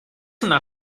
una